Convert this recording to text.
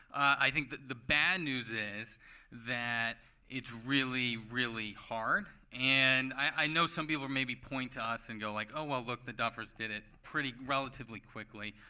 i think the the bad news is that it's really, really hard. and i know some people will maybe point to us and go, like oh, well look, the duffers' did it relatively quickly.